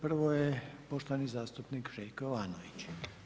Prvo je poštovani zastupnik Željko Jovanović.